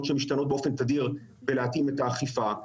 שמשתנות באופן תדיר כדי להתאים את האכיפה.